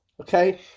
okay